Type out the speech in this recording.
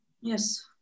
Yes